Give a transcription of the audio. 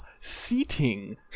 seating